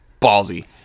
ballsy